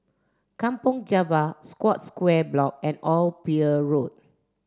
Kampong Java Scotts Square Block and Old Pier Road